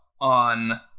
on